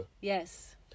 Yes